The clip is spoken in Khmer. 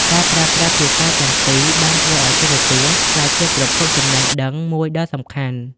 ការប្រើប្រាស់ភាសាទាំងពីរបានធ្វើឱ្យទូរទស្សន៍ក្លាយជាប្រភពចំណេះដឹងមួយដ៏សំខាន់។